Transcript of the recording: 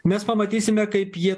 mes pamatysime kaip jie